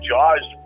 Jaws